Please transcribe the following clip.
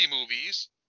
movies